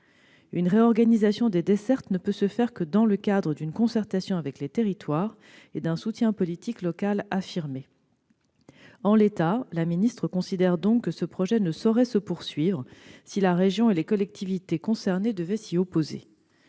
Une réorganisation des dessertes ne peut se faire que dans le cadre d'une concertation avec les territoires et d'un soutien politique local affirmé. En l'état, la ministre considère donc que ce projet ne saurait se poursuivre si la région et les collectivités concernées devaient s'y opposer.